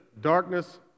Darkness